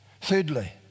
Thirdly